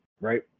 right